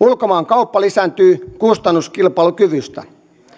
ulkomaankauppa lisääntyy kustannuskilpailukyvystä